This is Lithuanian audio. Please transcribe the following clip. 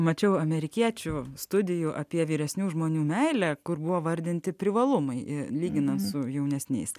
mačiau amerikiečių studijų apie vyresnių žmonių meilę kur buvo vardinti privalumai lyginant su jaunesniais